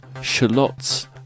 shallots